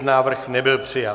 Návrh nebyl přijat.